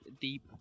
deep